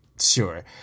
sure